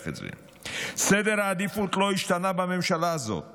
סדר העדיפות לא השתנה בממשלה הזו,